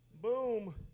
boom